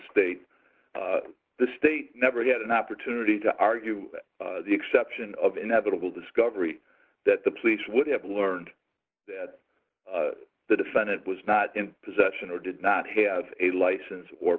state the state never had an opportunity to argue the exception of inevitable discovery that the police would have learned that the defendant was not in possession or did not have a license or